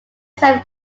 self